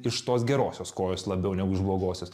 iš tos gerosios kojos labiau negu iš blogosios